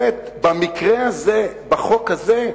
דבר שני, במקרה הזה, בחוק הזה,